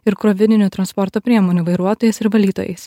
ir krovininių transporto priemonių vairuotojais ir valytojais